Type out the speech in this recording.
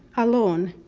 alone,